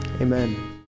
Amen